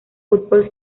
fútbol